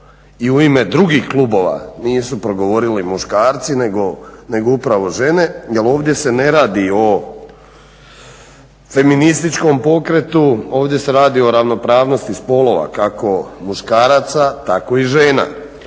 i u ime drugih klubova nisu progovorili muškarci nego upravo žene. Jer ovdje se ne radi o feminističkom pokretu. Ovdje se radi o ravnopravnosti spolova kako muškaraca tako i žena.